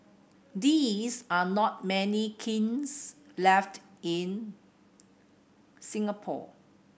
these are not many kilns left in Singapore